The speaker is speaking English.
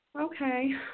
Okay